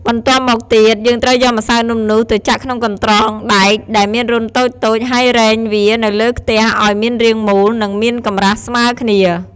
បន្ទាប់មកទៀត យើងត្រូវយកម្សៅនំនោះ ទៅចាក់ក្នុងកន្រ្តងដែកដែលមានរន្ធតូចៗ ហើយរែងវានៅលើខ្ទះឱ្យមានរាងមូល និងមានកម្រាស់ស្មើគ្នា។